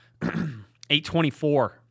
824